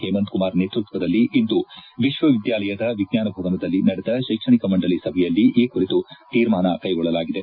ಹೇಮಂತ್ ಕುಮಾರ್ ನೇತೃತ್ವದಲ್ಲಿ ಇಂದು ವಿಶ್ವವಿದ್ಯಾಲಯದ ವಿಜ್ವಾನ ಭವನದಲ್ಲಿ ನಡೆದ ಶೈಕ್ಷಣಿಕ ಮಂಡಳಿ ಸಭೆಯಲ್ಲಿ ಈ ಕುರಿತು ತೀರ್ಮಾನ ಕೈಗೊಳ್ಳಲಾಗಿದೆ